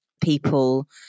people